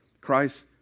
Christ